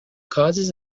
causes